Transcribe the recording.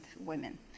women